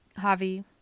Javi